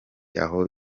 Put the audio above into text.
aho